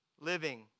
living